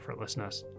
effortlessness